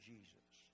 Jesus